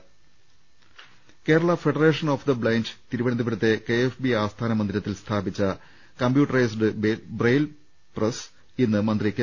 ് Kerala federation of the blind തിരുവനന്തപുരത്തെ K F B ആസ്ഥാന മന്ദിരത്തിൽ സ്ഥാപിച്ച കമ്പ്യൂട്ടറൈസ്ഡ് ബ്രെയിൽ പ്രസ് ഇന്ന് മന്ത്രി കെ